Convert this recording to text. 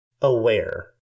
aware